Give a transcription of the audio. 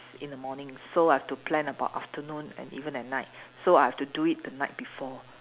in the morning so I have to plan about afternoon and even at night so I have to do it the night before